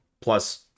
Plus